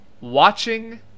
watching